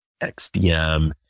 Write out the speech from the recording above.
XDM